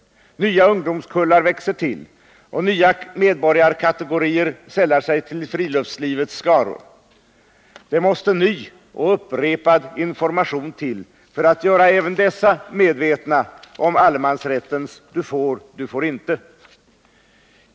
Nya ungdomskullar växer till, och nya medborgarkategorier sällar sig till friluftsfolkets skaror. Det måste ny och upprepad information till för att göra även dessa medvetna om allemansrättens ”du får — du får icke”.